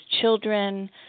children